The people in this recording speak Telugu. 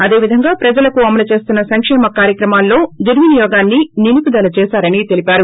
అదేవిధంగా ప్రజలకు అమలు చేస్తున్న సంకేమ కార్యక్రమాల్లో దుర్వినియోగాన్ని నిలుపుదల చేశారని తెలిపారు